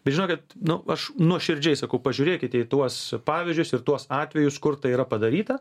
bet žinokit nu aš nuoširdžiai sakau pažiūrėkite į tuos pavyzdžius ir tuos atvejus kur tai yra padaryta